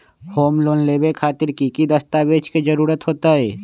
Home loan लेबे खातिर की की दस्तावेज के जरूरत होतई?